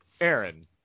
Aaron